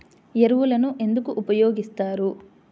ఎరువులను ఎందుకు ఉపయోగిస్తారు?